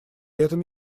этом